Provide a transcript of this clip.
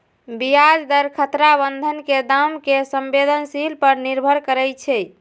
ब्याज दर खतरा बन्धन के दाम के संवेदनशील पर निर्भर करइ छै